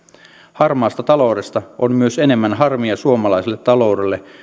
harmaasta taloudesta myös on harmia suomalaiselle taloudelle enemmän